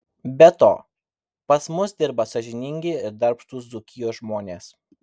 be to pas mus dirba sąžiningi ir darbštūs dzūkijos žmonės